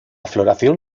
floración